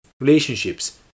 relationships